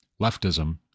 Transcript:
leftism